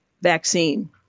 vaccine